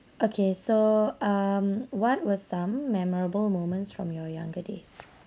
okay so um what were some memorable moments from your younger days